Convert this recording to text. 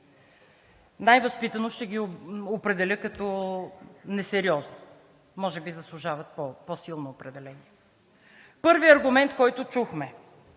Най-възпитано ще ги определя като несериозни, може би заслужават по-силно определение. Първи аргумент, който чухме,